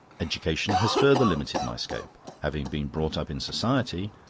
education has further limited my scope. having been brought up in society,